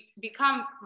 become